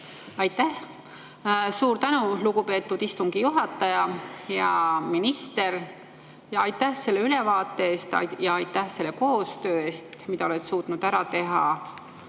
palun! Suur tänu, lugupeetud istungi juhataja! Hea minister, aitäh selle ülevaate eest ja aitäh selle koostöö eest, mida oled suutnud ära teha!